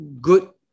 good